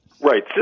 Right